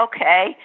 okay